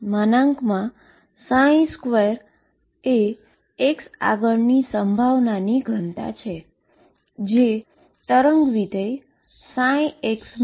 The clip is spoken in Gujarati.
તેથી 2 એ x આગળ પ્રોબેબીલીટી ડેન્સીટી છે